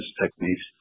techniques